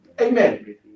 Amen